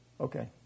Okay